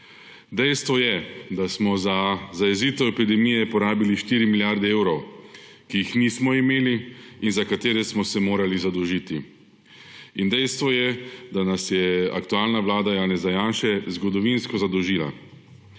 Dejstvo je, da smo za zajezitev epidemije porabili 4 milijarde evrov, ki jih nismo imeli in za katere smo se morali zadolžiti. Dejstvo je, da nas je aktualna vlada Janeza Janše zgodovinsko zadolžila.